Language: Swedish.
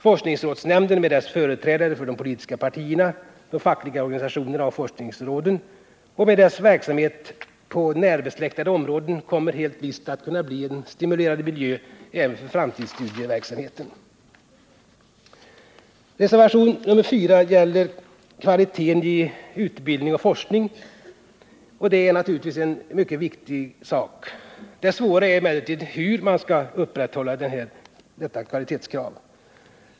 Forskningsrådsnämnden med dess företrädare för de politiska partierna, de fackliga organisationerna och forskningsråden och med dess verksamhet på närbesläktade områden kommer helt visst att kunna bli en stimulerande miljö även för framtidsstudieverksamheten. Reservationen 4 gäller kvaliteten i utbildning och forskning. Det är naturligtvis en mycket viktig sak. Svårare är emellertid hur man skall upprätthålla detta kvalitetskrav.